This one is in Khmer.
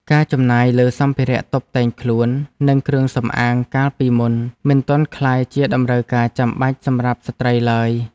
ការចំណាយលើសម្ភារៈតុបតែងខ្លួន និងគ្រឿងសម្អាងកាលពីមុនមិនទាន់ក្លាយជាតម្រូវការចាំបាច់សម្រាប់ស្ត្រីឡើយ។